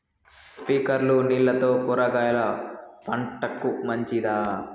స్ప్రింక్లర్లు నీళ్లతో కూరగాయల పంటకు మంచిదా?